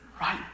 right